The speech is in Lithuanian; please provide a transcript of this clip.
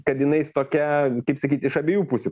kad jinai tokia kaip sakyt iš abiejų pusių